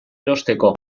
erosteko